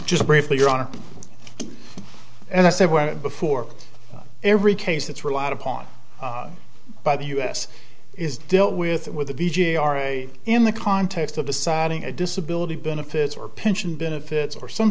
just briefly your honor and i said where before every case that's relied upon by the u s is dealt with with a d j or a in the context of deciding a disability benefits or pension benefits or some